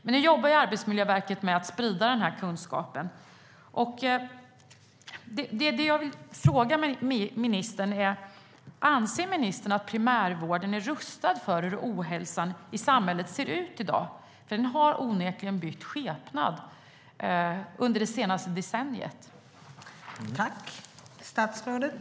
Men nu jobbar Arbetsmiljöverket med att sprida den kunskapen.